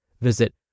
Visit